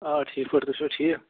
آ ٹھیٖک پٲٹھۍ تُہۍ چھُوٕ ٹھیٖک